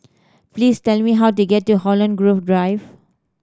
please tell me how to get to Holland Grove Drive